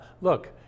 look